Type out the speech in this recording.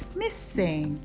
missing